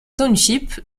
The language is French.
township